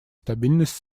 стабильность